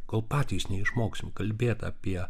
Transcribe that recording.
kol patys neišmoksim kalbėt apie